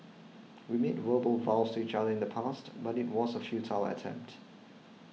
we made verbal vows to each other in the past but it was a futile attempt